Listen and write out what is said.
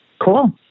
Cool